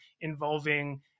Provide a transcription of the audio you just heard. involving